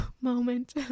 moment